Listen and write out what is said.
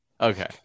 Okay